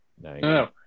No